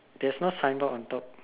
there's no signboard on top